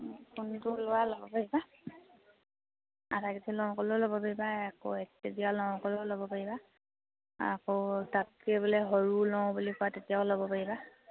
কোনটো লোৱা ল'ব পাৰিবা আধা কেজি লওঁ ক'লেও ল'ব পাৰিবা আকৌ এক কেজিৰ লওঁ ক'লেও ল'ব পাৰিবা আকৌ তাতকৈ বোলে সৰু লওঁ বুলি কোৱা তেতিয়াও ল'ব পাৰিবা